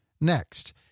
Next